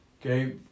Okay